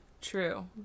True